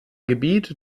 gebiet